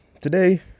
today